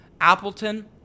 Appleton